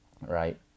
Right